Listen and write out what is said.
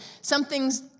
Something's